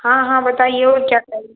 हाँ हाँ बताइए और क्या